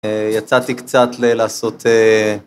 יצאתי קצת לעשות...